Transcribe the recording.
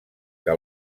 que